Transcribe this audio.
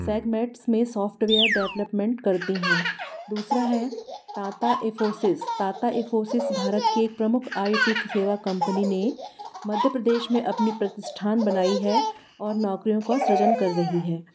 segments में software development करती हैं दूसरा है टाटा इंफोसिस टाटा इंफोसिस भारत की एक प्रमुख आई टी की सेवा कंपनी ने मध्य प्रदेश में अपनी प्रतिष्ठान बनाया है और नौकरियों का सृजन कर रही है